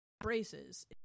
Braces